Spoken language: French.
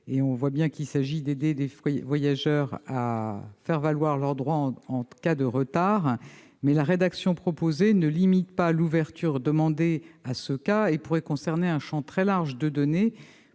de ces amendements d'aider les voyageurs à faire valoir leurs droits en cas de retard, mais la rédaction proposée ne limite pas l'ouverture des données à ce cas et pourrait concerner un champ très large de données